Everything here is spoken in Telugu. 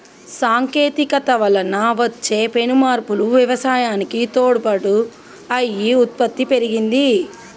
సాంకేతికత వలన వచ్చే పెను మార్పులు వ్యవసాయానికి తోడ్పాటు అయి ఉత్పత్తి పెరిగింది